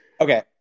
okay